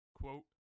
quote